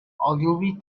ogilvy